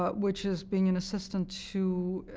but which is being an assistant to